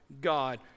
God